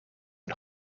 een